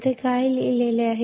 इथे काय लिहिले आहे